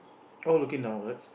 all looking downwards